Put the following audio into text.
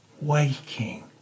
Waking